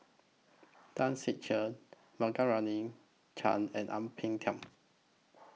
Tan Ser Cher Chan and Ang Peng Tiam